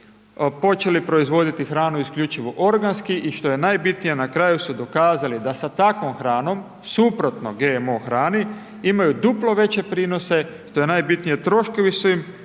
počeli proizvoditi hranu isključivo organski i što je najbitnije, na kraju su dokazali, da s takvom hranom, suprotno GMO hrani, imaju duplo veće prinosi, što je najbitnije troškovi su im